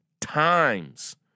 times